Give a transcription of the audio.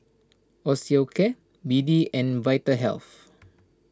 Osteocare B D and Vitahealth